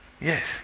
Yes